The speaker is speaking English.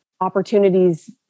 opportunities